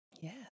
Yes